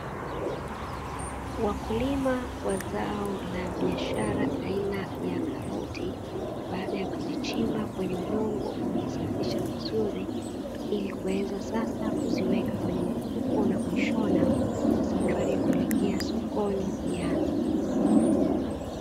Wakulima wa zao la biashara aina ya karoti baada ya kuzichimba kwenye udongo na kuzisafisha vizuri, ili kuweza sasa kuziweka kwenye mifuko na kuishona na safari ya kuelekea sokoni ianze.